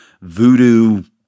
voodoo